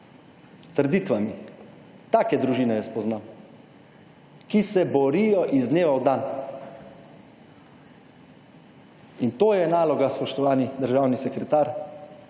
trditvami. Take družine jaz poznam, ki se borijo iz dneva v dan. In to je naloga, spoštovani državni sekretar,